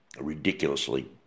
ridiculously